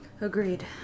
Agreed